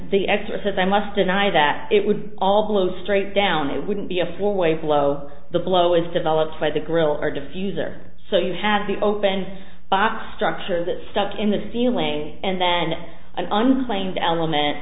the exercise i must deny that it would all blow straight down it wouldn't be a four way blow the blow is developed by the grill or diffuser so you have the open box structure that stuck in the ceiling and then an unplanned element